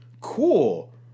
cool